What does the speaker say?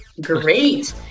Great